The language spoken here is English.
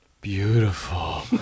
beautiful